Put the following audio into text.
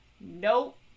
nope